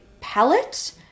palette